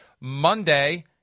Monday